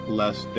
less